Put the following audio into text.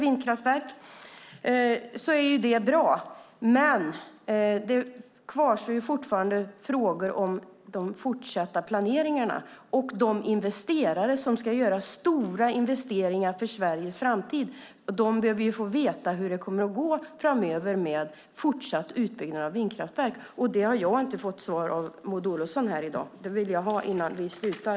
Om det nu är så är det bra, men det kvarstår fortfarande frågor om den fortsatta planeringen. De investerare som ska göra stora investeringar för Sveriges framtid behöver få veta hur det kommer att gå med den fortsatta utbyggnaden av vindkraftverk framöver, och det har jag inte fått svar på från Maud Olofsson här i dag. Det vill jag ha innan vi slutar.